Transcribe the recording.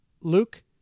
Luke